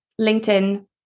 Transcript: linkedin